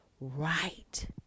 right